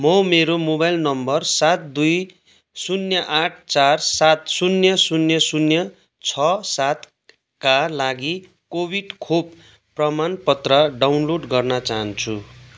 म मेरो mobile number सात दुई शून्य आठ चार सात शून्य शून्य शून्य छ सातका लागि कोभिड खोप प्रमाणपत्र डाउनलोड गर्न चाहन्छु